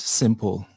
simple